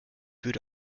würde